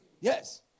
Yes